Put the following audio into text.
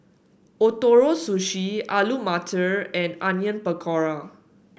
Ootoro Sushi Alu Matar and Onion Pakora